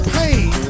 pain